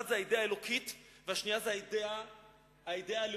האידיאה האלוקית והאידיאה הלאומית.